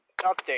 update